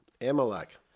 Amalek